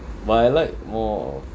but I like more of